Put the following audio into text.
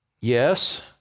Yes